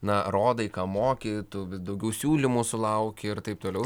na rodai ką moki tu vis daugiau siūlymų sulauki ir taip toliau